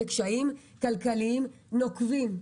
בקשיים כלכליים נוקבים.